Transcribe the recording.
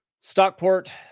stockport